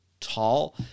tall